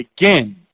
again